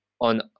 on